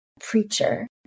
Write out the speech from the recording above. preacher